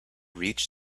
reached